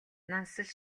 нансал